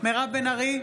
מירב בן ארי,